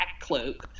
Blackcloak